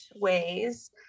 ways